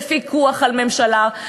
בפיקוח על הממשלה.